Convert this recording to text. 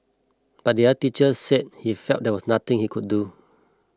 but the other teacher said he felt there was nothing he could do